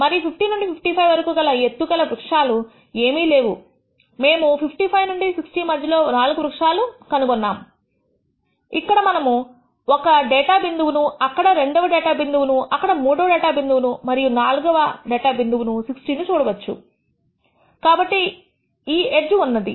మరియు 50 నుండి 55 వరకు ఎత్తు గల వృక్షాలు ఏమీ లేవు మేము 55 నుండి 60 మధ్యలో 4 వృక్షాలు పాల్గొన్నాము కనుగొన్నాను ఇక్కడ మనము ఒక డేటా బిందువును అక్కడ రెండవ డేటా బిందువును అక్కడ మూడవ డేటా బిందువును మరియు నాలుగవ డేటా బిందువు 60 ను చూడవచ్చు కాబట్టి ఈ ఎడ్జ్ ఉన్నది